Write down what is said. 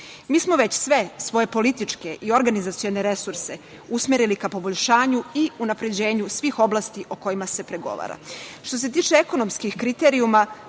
Mi smo već sve svoje političke i organizacione resurse usmerili ka poboljšanju i unapređenju svih oblasti o kojima se pregovara. Što se tiče ekonomskih kriterijuma,